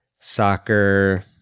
soccer